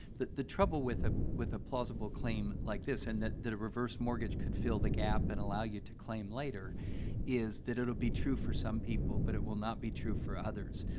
the the trouble with a with a plausible claim like this and that that a reverse mortgage could fill the gap and allow you to claim later is that it'll be true for some people, but it will not be true for others,